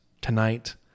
tonight